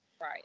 Right